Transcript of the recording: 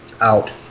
out